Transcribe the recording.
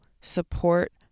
support